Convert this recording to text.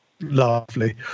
Lovely